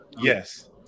yes